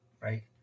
right